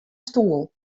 stoel